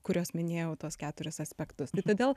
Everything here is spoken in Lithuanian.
kuriuos minėjau tuos keturis aspektus tai todėl